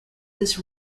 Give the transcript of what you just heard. this